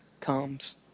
comes